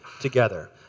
together